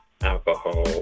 alcohol